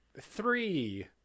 three